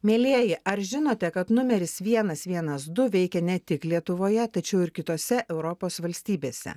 mielieji ar žinote kad numeris vienas vienas du veikia ne tik lietuvoje tačiau ir kitose europos valstybėse